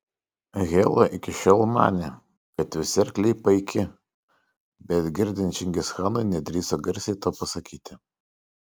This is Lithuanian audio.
hela iki šiol manė kad visi arkliai paiki bet girdint čingischanui nedrįso garsiai to pasakyti